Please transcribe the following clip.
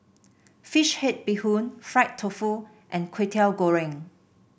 fish head Bee Hoon Fried Tofu and Kway Teow Goreng